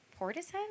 Portishead